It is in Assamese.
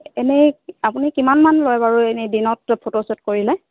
এনেই আপুনি কিমান মান লয় বাৰু এনেই দিনত ফটো শ্বুট কৰিলে